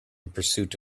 pursuit